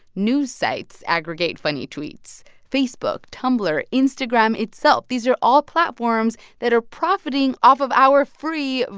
news sites aggregate funny tweets. facebook, tumblr, instagram itself these are all platforms that are profiting off of our free,